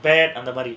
bad on the body